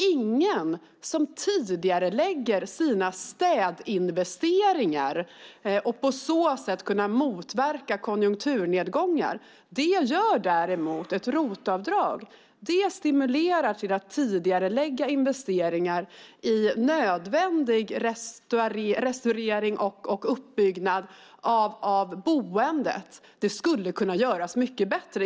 Ingen tidigarelägger sina städinvesteringar för att på så sätt kunna motverka konjunkturnedgångar. Ett ROT-avdrag däremot stimulerar till tidigareläggning av investeringar i nödvändig restaurering och uppbyggnad beträffande boendet. Det skulle kunna göras mycket bättre.